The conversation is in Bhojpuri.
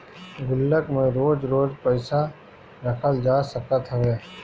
गुल्लक में रोज रोज पईसा रखल जा सकत हवे